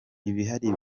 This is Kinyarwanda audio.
ibihari